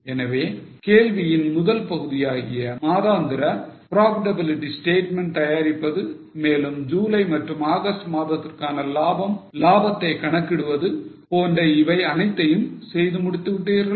எனவே கேள்வியின் முதல் பகுதியாகிய மாதாந்திர profitability statement தயாரிப்பது மேலும் ஜூலை மற்றும் ஆகஸ்ட் மாதத்திற்கான லாபத்தை கணக்கிடுவது போன்ற இவை அனைத்தையும் செய்து முடித்து விட்டீர்களா